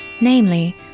namely